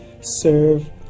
serve